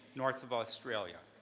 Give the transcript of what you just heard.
north of australia.